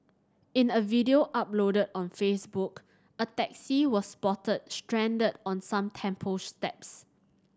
in a video uploaded on Facebook a taxi was spotted stranded on some temple steps